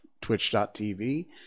twitch.tv